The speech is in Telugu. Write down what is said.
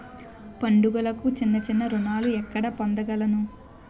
పండుగలకు చిన్న చిన్న రుణాలు ఎక్కడ పొందగలను?